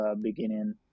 beginning